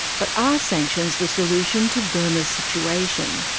but are sanctions the solution to burma's situation?